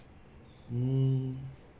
mm